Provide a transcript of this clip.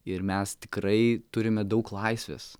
ir mes tikrai turime daug laisvės